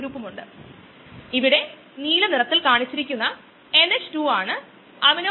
ഇത്തരത്തിലുള്ള ഒരു reaction scheme നമ്മൾ കോംപ്റ്റിറ്റിവ് ഇൻഹിബിഷൻ എന്ന് വിളിക്കുന്നു